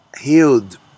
healed